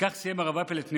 וכך סיים הרב אפל את נאומו: